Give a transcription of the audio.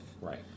Right